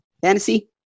Fantasy